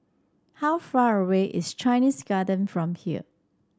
how far away is Chinese Garden from here